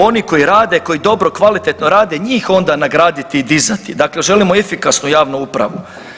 Oni koji rade, koji dobro i kvalitetno rade njih onda nagraditi i dizati, dakle želimo efikasnu javnu upravu.